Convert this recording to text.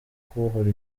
kubohora